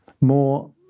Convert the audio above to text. more